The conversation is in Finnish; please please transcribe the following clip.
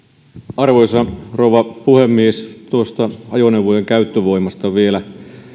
arvoisa rouva puhemies tuosta ajoneuvojen käyttövoimasta vielä